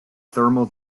thermal